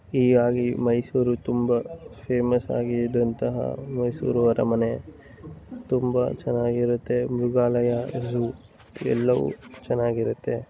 ಹೀಗಾಗಿ ಮೈಸೂರು ತುಂಬ ಫೇಮಸ್ ಆಗಿರುವಂತಹ ಮೈಸೂರು ಅರಮನೆ ತುಂಬ ಚೆನ್ನಾಗಿರುತ್ತೆ ಮೃಗಾಲಯ ಜೂ ಎಲ್ಲವೂ ಚೆನ್ನಾಗಿರುತ್ತೆ